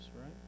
right